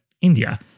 India